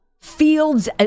fields